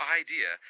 idea